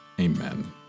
amen